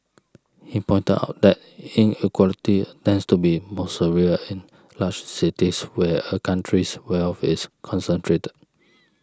he pointed out that inequality tends to be most severe in large cities where a country's wealth is concentrated